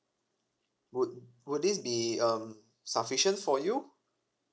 would would this be um sufficient for you